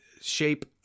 shape